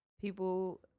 people